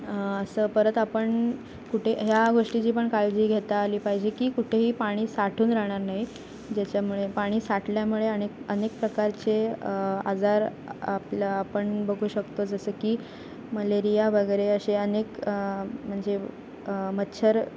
असं परत आपण कुठे ह्या गोष्टीची पण काळजी घेता आली पाहिजे की कुठेही पाणी साठून राहणार नाही ज्याच्यामुळे पाणी साठल्यामुळे अनेक अनेक प्रकारचे आजार आपलं आपण बघू शकतो जसं की मलेरिया वगैरे असे अनेक म्हणजे मच्छर